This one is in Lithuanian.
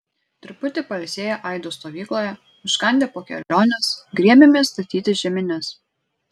truputį pailsėję aido stovykloje užkandę po kelionės griebėmės statyti žemines